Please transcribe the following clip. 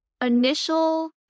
initial